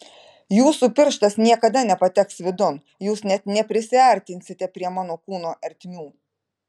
jūsų pirštas niekada nepateks vidun jūs net neprisiartinsite prie mano kūno ertmių